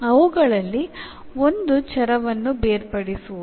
ಅವುಗಳಲ್ಲಿ ಒಂದು ಚರವನ್ನು ಬೇರ್ಪಡಿಸುವುದು